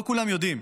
לא כולם יודעים,